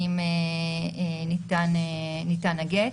ניתן הגט.